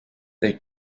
they